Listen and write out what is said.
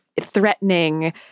threatening